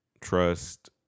trust